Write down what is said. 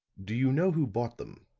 do you know who bought them?